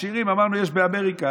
עשירים יש באמריקה,